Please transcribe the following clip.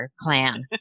clan